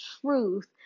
truth